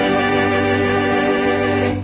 and